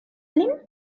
lin